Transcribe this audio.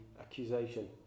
accusation